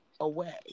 away